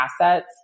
assets